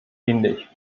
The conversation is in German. ähnlich